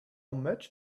much